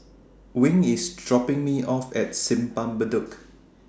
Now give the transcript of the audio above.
Wing IS dropping Me off At Simpang Bedok